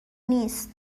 نیست